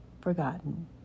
forgotten